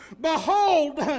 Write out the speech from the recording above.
Behold